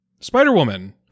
Spider-Woman